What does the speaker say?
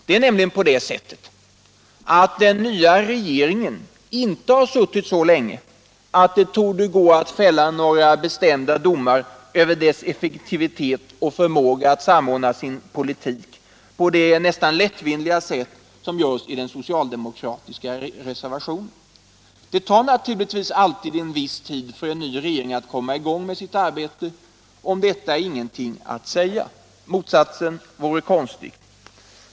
Det är nämligen på det sättet att den nya regeringen inte har suttit så länge att det torde gå att fälla några mera bestämda domar över dess effektivitet och förmåga att samordna sin politik på det nästan lättvindiga sätt som görs i den socialdemokratiska reservationen. Det tar naturligtvis alltid en viss tid för en ny regering att komma i gång med sitt arbete, och om detta är ingenting att säga. Motsatsen vore konstigt.